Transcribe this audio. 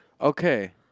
Okay